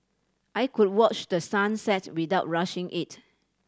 I could watch the sun set without rushing it